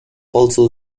also